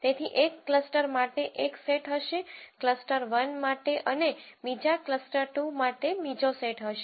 તેથી એક ક્લસ્ટર માટે એક સેટ હશે ક્લસ્ટર 1 માટે અને બીજા ક્લસ્ટર 2 માટે બીજો સેટ હશે